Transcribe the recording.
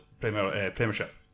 Premiership